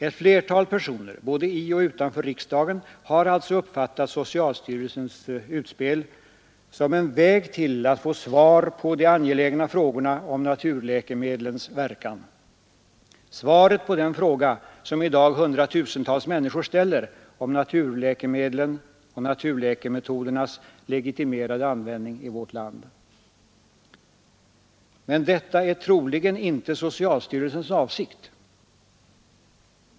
Ett flertal personer, både i och utanför riksdagen, har alltså uppfattat socialstyrelsens ”utspel” som en väg till att få svar på de angelägna frågorna om naturläkemedlens verkan, svaret på den fråga som i dag hundratusentals människor ställer om naturläkemedlens och naturläkemetodernas legitimerade användning i vårt land. Men detta är troligen inte socialstyrelsens avsikt.